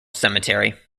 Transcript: cemetery